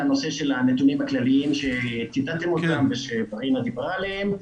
לנושא הנתונים הכלליים שקיבלתם ושדיברו עליהם.